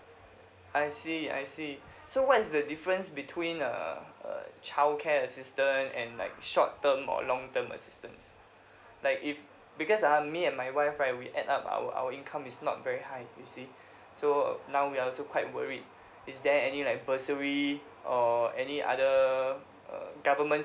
I see I see so what is the difference between uh a childcare assistance and like short term or long term assistance like if because ah me and my wife right we add up our our income is not very high you see so uh now we are also quite worried is there any like bursary or any other uh government